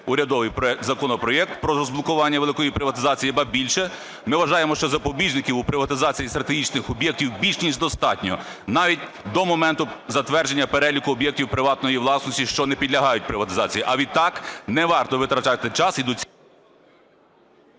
урядовий законопроект про розблокування великої приватизації. Ба більше, ми вважаємо, що запобіжників у великої приватизації стратегічних об'єктів більш ніж достатньо, навіть до моменту затвердження переліку об'єктів приватної власності, що не підлягають приватизації. А відтак не варто витрачати час